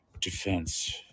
defense